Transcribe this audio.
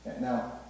Now